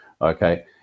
Okay